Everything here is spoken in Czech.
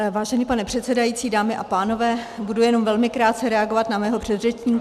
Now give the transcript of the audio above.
Vážený pane předsedající, dámy a pánové, budu jenom velmi krátce reagovat na svého předřečníka.